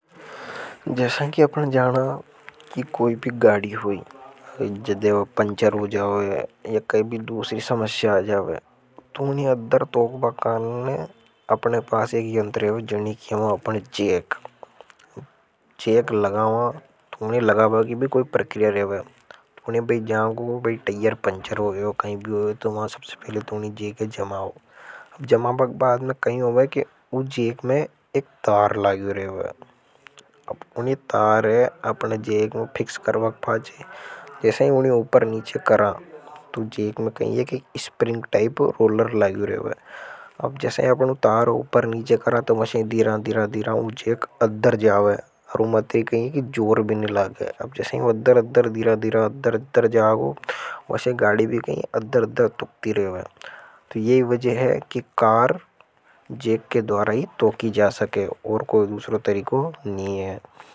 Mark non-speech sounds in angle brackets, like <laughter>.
जैसा कि आपने जाना कि कोई भी गाड़ी हुई, जदे वो पंचर हो जाओ या। कई भी दूसरी समस्या आ जाओ तुमने अधर तोकबा कान ने अपने पास एक यंतर है। जो जानिये खेवा चेक चेक लगाओ तुमने लगाबा की भी कोई प्रक्रिया रेवे। <unintelligible> अब जमाबा के बाद में कई होवे की जैक मे एक तार रेवे। अब ऊनी तारहे अपने जेक में फिक्स करवक पाँचे जैसे ही। उन्हें ऊपर नीचे करा तो जेक में कहीं ये की स्प्रिंग टाइप रोलर लागी रेवे अब जैसे ही अपने तारे ऊपर नीचे करा तो वैसे ही दीरा दीरा दीरा उन जेक अधर जाओ है और उमें अत्री कई हे। <unintelligible> या ही वजह हे की कार जैक के द्वारा ही टोकी जा सके ओर कोई दूसरों तरीकों नी है।